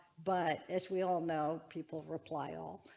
but as we all know people reply all.